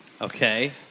Okay